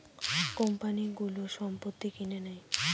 কোম্পানিগুলো সম্পত্তি কিনে নেয়